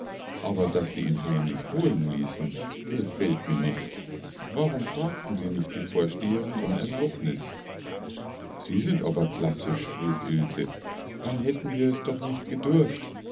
aber daß sie ihn heimlich holen ließen gefällt mir nicht warum fragten sie nicht die vorsteherin um erlaubnis sie sind aber klassisch rief ilse dann hätten wir es doch nicht gedurft